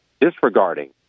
disregarding